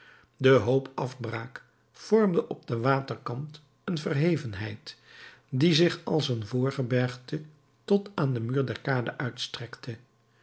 de hoop afbraak vormde op den waterkant een verhevenheid die zich als een voorgebergte tot aan den muur der kade uitstrekte